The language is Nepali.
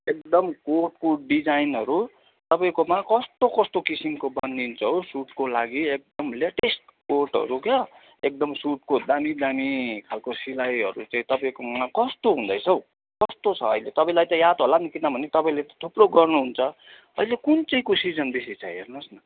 एकदम कोटको डिजाइनहरू तपाईँकोमा कस्तो कस्तो किसिमको बनिन्छ हौ सुटको लागि एकदम लेटेस्ट कोटहरू क्याउ एकदम सुटको दामी दामी खालको सिलाइहरू चाहिँ तपाईँकोमा कस्तो हुँदैछ हौ कस्तो छ अहिले तपाईँलाई त याद होला नि त किनभने तपाईँले त थुप्रो गर्नु हुन्छ अहिले कुन चाहिँ को सिजन बेसी छ हेर्नुहोस् न